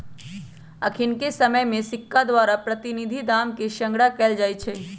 अखनिके समय में सिक्का द्वारा प्रतिनिधि दाम के संग्रह कएल जाइ छइ